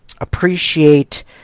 Appreciate